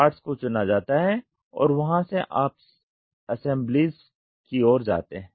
parts को चुना जाता है और वहां से आप अस्सेम्ब्लीज़ की ओर जाते हैं